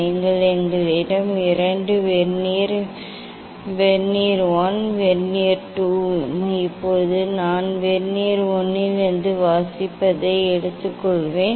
நீங்கள் எங்களிடம் 2 vernier vernier 1 மற்றும் வெர்னியர் 2 இப்போது நான் வெர்னியர் 1 இலிருந்து வாசிப்பதை எடுத்துக்கொள்வேன்